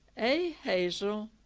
a hazell,